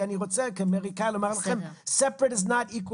כי אני רוצה כאמריקאי לומר לכם separate is not equal,